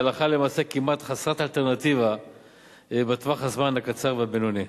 והלכה למעשה כמעט חסרת אלטרנטיבה בטווח הזמן הקצר והבינוני.